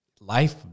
life